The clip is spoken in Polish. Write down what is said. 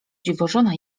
dziwożona